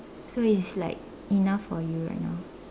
so it's like enough for you right now